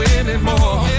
anymore